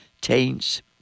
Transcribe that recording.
taints